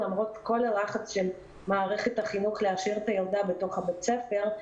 למרות כל הלחץ של מערכת החינוך להשאיר את הילדה בתוך בית הספר,